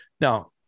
Now